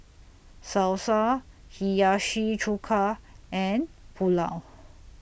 Salsa Hiyashi Chuka and Pulao